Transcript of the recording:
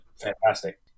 fantastic